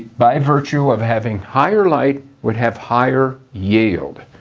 by virtue of having higher light, would have higher yield.